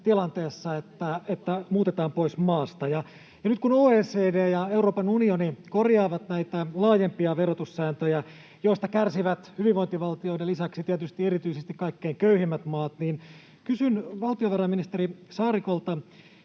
tilanteessa, että muutetaan pois maasta. Nyt kun OECD ja Euroopan unioni korjaavat näitä laajempia verotussääntöjä, joista kärsivät hyvinvointivaltioiden lisäksi tietysti erityisesti kaikkein köyhimmät maat, kysyn valtiovarainministeri Saarikolta: